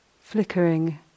flickering